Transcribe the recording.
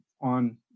on